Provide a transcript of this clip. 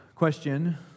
Question